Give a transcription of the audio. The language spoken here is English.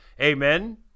Amen